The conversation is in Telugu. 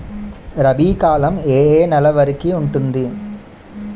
రబీ కాలం ఏ ఏ నెల వరికి ఉంటుంది?